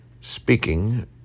Speaking